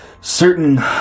Certain